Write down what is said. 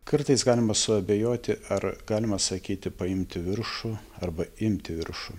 kartais galima suabejoti ar galima sakyti paimti viršų arba imti viršų